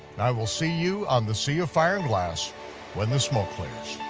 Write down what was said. and i will see you on the sea of fire and glass when the smoke clears.